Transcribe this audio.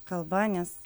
kalba nes